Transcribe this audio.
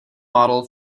model